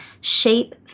shape